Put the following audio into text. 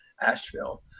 Asheville